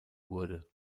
wurde